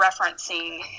referencing